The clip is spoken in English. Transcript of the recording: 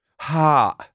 Ha